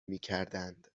میکردند